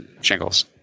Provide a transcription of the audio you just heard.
shingles